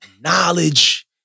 knowledge